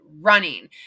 running